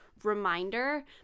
reminder